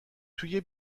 توی